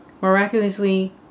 Miraculously